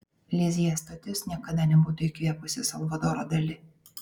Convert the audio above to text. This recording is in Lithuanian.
lizjė stotis niekada nebūtų įkvėpusi salvadoro dali